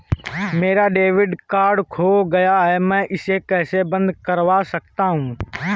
मेरा debit card खो गया है मैं इसे कैसे बंद करवा सकता हूँ?